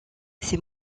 ces